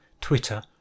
Twitter